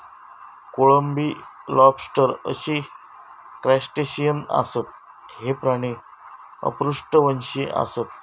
कोळंबी, लॉबस्टर अशी क्रस्टेशियन आसत, हे प्राणी अपृष्ठवंशी आसत